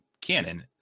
canon